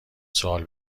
سوال